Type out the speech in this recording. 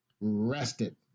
rested